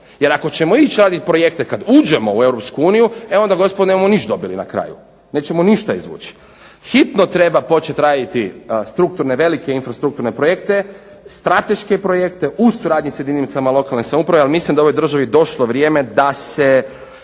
jer ako ćemo ić radit projekte kad uđemo u Europsku uniju, e onda gospodo nebumo niš dobili na kraju, nećemo ništa izvući. Hitno treba početi raditi strukturne, velike infrastrukturne projekte, strateške projekte u suradnji sa jedinicama lokalne samouprave ali mislim da je u ovoj državi došlo vrijeme da se